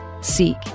seek